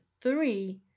three